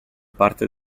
parte